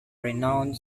renowned